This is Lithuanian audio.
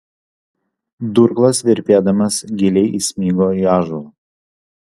durklas virpėdamas giliai įsmigo į ąžuolą